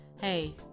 Hey